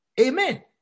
Amen